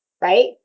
Right